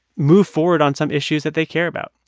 move forward on some issues that they care about.